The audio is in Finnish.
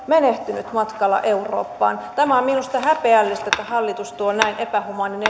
menehtynyt matkalla eurooppaan tämä on minusta häpeällistä että hallitus tuo näin epähumaanin